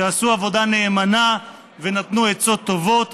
שעשו עבודה נאמנה ונתנו עצות טובות